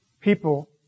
People